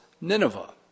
Nineveh